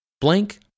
Blank